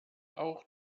auch